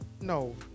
No